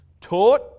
taught